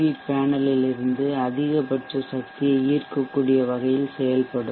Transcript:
we பேனலில் இருந்து அதிகபட்ச சக்தியை ஈர்க்கக்கூடிய வகையில் செயல்படும்